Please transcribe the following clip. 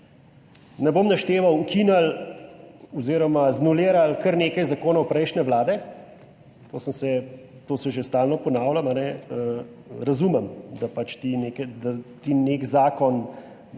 ne bom našteval, ukinili oziroma znulirali kar nekaj zakonov prejšnje vlade. To že stalno ponavljam, razumem, da pač nekega zakona